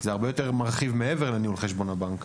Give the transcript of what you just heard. אלא מרחיב הרבה מעבר לניהול חשבון הבנק.